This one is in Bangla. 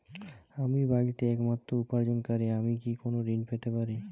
আমি বাড়িতে একমাত্র উপার্জনকারী আমি কি কোনো ঋণ পেতে পারি?